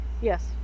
Yes